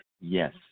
Yes